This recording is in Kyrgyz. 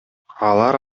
алар